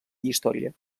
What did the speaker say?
història